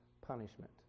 punishment